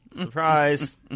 Surprise